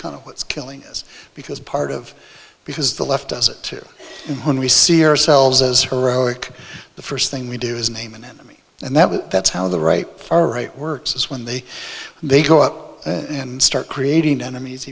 kind of what's killing us because part of because the left does it when we see ourselves as heroic the first thing we do is name an enemy and that was that's how the right far right works is when they they go out and start creating enemies